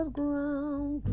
ground